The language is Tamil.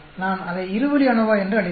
நான் அதை இரு வழி அநோவா என்று அழைப்பேன்